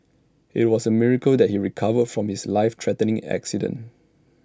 IT was A miracle that he recovered from his life threatening accident